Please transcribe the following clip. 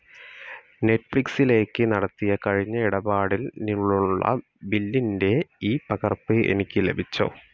നെറ്റ്ഫ്ലിക്സിലേക്ക് നടത്തിയ കഴിഞ്ഞ ഇടപാടിൽ നിന്നുള്ള ബില്ലിൻ്റെ ഈ പകർപ്പ് എനിക്ക് ലഭിച്ചോ